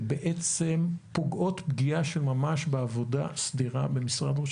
אשר פוגעות פגיעה של ממש בעבודה סדירה במשרד ראש